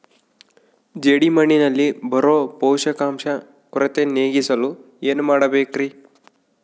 ಜೇಡಿಮಣ್ಣಿನಲ್ಲಿ ಬರೋ ಪೋಷಕಾಂಶ ಕೊರತೆ ನೇಗಿಸಲು ಏನು ಮಾಡಬೇಕರಿ?